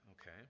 okay